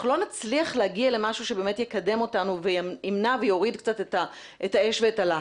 לא נצליח להגיע למשהו שבאמת יקדם אותנו וימנע ויוריד את האש ואת הלהט.